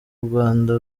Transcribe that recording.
rwanda